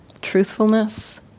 truthfulness